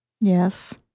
Yes